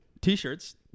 T-shirts